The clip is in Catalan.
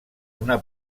una